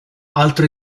altro